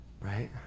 right